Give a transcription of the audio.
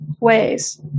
ways